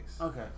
Okay